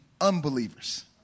unbelievers